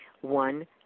One